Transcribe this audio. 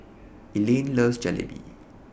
Elayne loves Jalebi